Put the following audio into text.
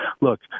Look